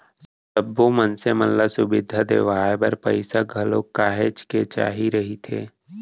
सब्बो मनसे मन ल सुबिधा देवाय बर पइसा घलोक काहेच के चाही रहिथे